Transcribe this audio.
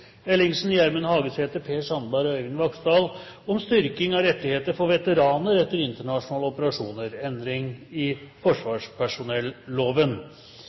Ellingsen, Gjermund Hagesæter, Per Sandberg og Øyvind Vaksdal om styrking av rettigheter for veteraner etter internasjonale operasjoner. Endring i